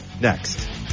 Next